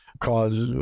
cause